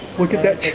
look at that